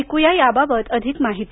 ऐकूया याबाबत अधिक माहिती